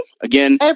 Again